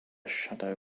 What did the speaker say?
shadow